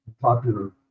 popular